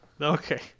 okay